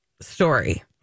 story